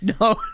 no